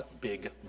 big